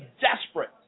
desperate